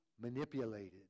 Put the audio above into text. manipulated